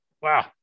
Wow